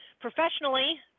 Professionally